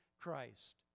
Christ